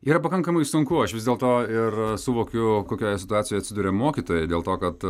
yra pakankamai sunku aš vis dėlto ir suvokiu kokioje situacijoje atsiduria mokytojai dėl to kad